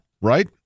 right